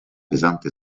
pesante